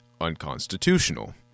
unconstitutional